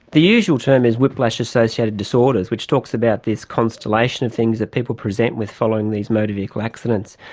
the usual term is whiplash-associated disorders, which talks about this constellation of things that people present with following these motor vehicle accidents.